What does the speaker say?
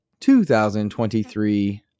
2023